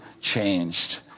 changed